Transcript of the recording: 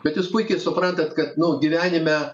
bet jūs puikiai suprantat kad nu gyvenime